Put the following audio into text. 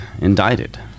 indicted